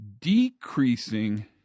decreasing